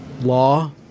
law